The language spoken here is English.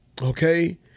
Okay